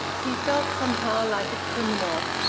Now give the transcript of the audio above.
he felt somehow like a criminal,